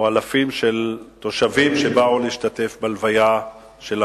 אלפים של תושבים שבאו להשתתף בהלוויה של המנוח.